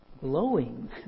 glowing